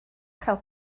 chael